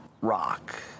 rock